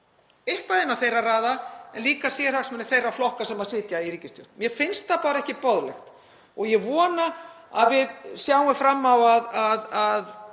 þeirra eigin raða en líka sérhagsmunum þeirra flokka sem sitja í ríkisstjórn. Mér finnst það bara ekki boðlegt og ég vona að við sjáum fram á að